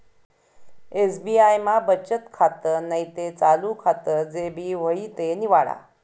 SBI मा बचत खातं नैते चालू खातं जे भी व्हयी ते निवाडा